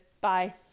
bye